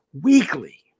weekly